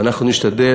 ואנחנו נשתדל,